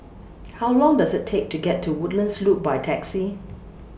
How Long Does IT Take to get to Woodlands Loop By Taxi